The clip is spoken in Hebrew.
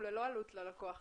הוא ללא עלות ללקוח,